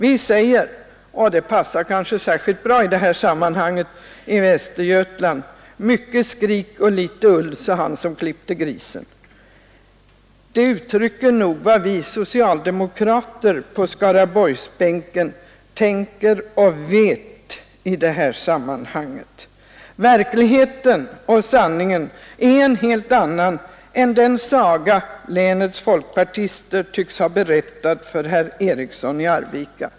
Vi säger i Västergötland — och det passar kanske särskilt bra i det här sammanhanget: ”Mycket skrik och litet ull sa han som klippte grisen.” Det uttrycker nog vad vi socialdemokrater på Skaraborgsbänken tänker och vet i det här sammanhanget. Verkligheten och sanningen är en helt annan än den saga som länets folkpartister tycks ha berättat för herr Eriksson i Arvika.